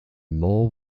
more